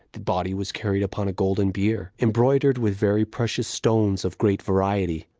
the body was carried upon a golden bier, embroidered with very precious stones of great variety,